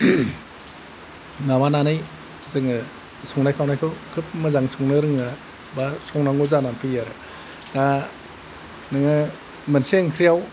माबानानै जोङो संनाय खावनायखौ खोब मोजां संनो रोङो बा संनांगौ जानानै फैयो आरो दा नोङो मोनसे ओंख्रियाव